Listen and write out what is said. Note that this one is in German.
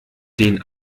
den